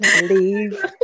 leave